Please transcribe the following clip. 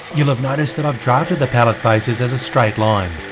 you'll have noticed that i've drafted the pallet faces as a straight line,